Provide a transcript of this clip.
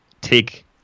take